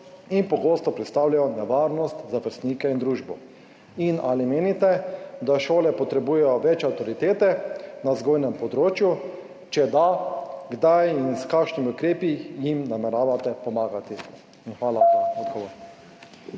in pogosto predstavljajo nevarnost za vrstnike in družbo? Ali menite, da šole potrebujejo več avtoritete na vzgojnem področju? Če da, kdaj in s kakšnimi ukrepi jim nameravate pomagati? Hvala za odgovor.